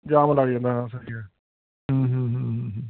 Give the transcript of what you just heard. ਜਾਮ ਲੱਗ ਜਾਂਦਾ ਹਾਂ ਸਹੀ ਆ